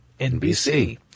NBC